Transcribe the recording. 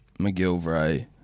McGilvray